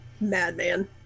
madman